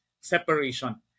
separation